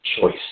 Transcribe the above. Choice